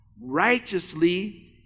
righteously